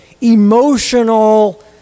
emotional